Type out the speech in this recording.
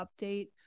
update